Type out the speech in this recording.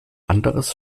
anderes